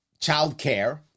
childcare